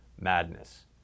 madness